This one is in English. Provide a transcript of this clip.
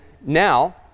now